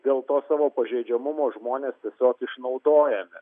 dėl to savo pažeidžiamumo žmonės tiesiog išnaudojami